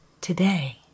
today